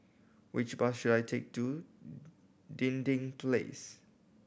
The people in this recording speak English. which bus should I take to Dinding Place